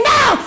Now